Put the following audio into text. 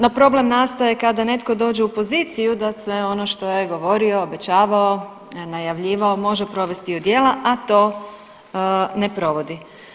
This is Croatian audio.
No, problem nastaje kada netko dođe u poziciju da sve ono što je govorio, obećavao, najavljivao može provesti u djela a to ne provodi.